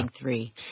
three